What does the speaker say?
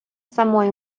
самої